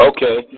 Okay